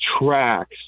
tracks